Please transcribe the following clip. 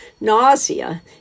Nausea